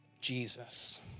Jesus